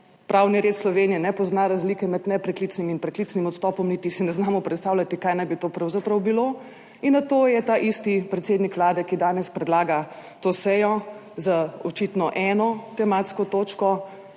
pravni red Slovenije ne pozna razlike med nepreklicnim in preklicnim odstopom, niti si ne znamo predstavljati, kaj naj bi to pravzaprav bilo. In na to je ta isti predsednik Vlade, ki danes predlaga to sejo z očitno eno tematsko točko,